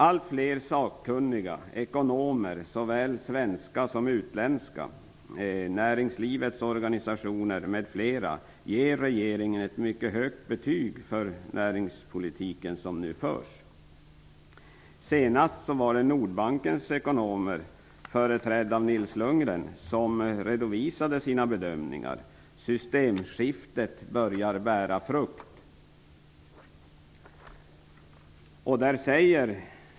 Allt fler sakkunniga ekonomer, såväl svenska som utländska, näringslivets organisationer m.fl. ger regeringen ett mycket högt betyg för den näringspolitik som nu förs. Senast var det Lundgren som redovisade sina bedömningar. Systemskiftet börjar bära frukt.